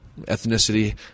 ethnicity